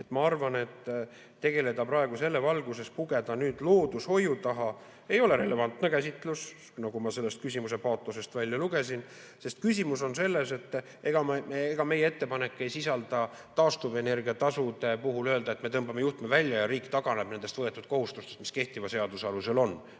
ma arvan, et kui selles valguses pugeda loodushoiu taha, siis see ei ole relevantne käsitlus, nagu ma sellest küsimuse paatosest välja lugesin. Küsimus on selles, et ega meie ettepanek ei sisalda seda, et taastuvenergia tasu puhul öelda, et me tõmbame juhtme välja ja riik taganeb võetud kohustustest, mis tal kehtiva seaduse alusel on.